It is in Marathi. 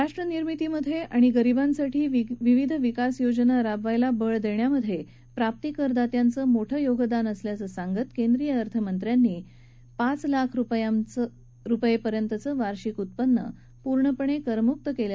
राष्ट्रनिर्मितीमध्ये आणि गरीबांसाठी विविध विकासयोजना राबवायला बळ देण्यामध्ये प्राप्ती करदात्यांचं मोठं योगदान असल्याचं सांगत केंद्रीय अर्थमंत्री पियुष गोयल यांनी पाच लाख रुपयापर्यंतचं वार्षिक उत्पन्न पूर्णपणे करमुक्त केलं आहे